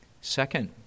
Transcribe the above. Second